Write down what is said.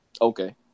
Okay